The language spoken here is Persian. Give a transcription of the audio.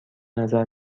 نظر